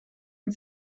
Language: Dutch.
een